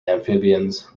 amphibians